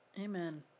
Amen